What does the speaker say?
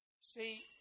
See